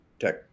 tech